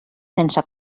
sense